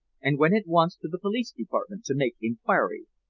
and went at once to the police department to make inquiry.